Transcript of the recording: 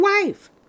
wife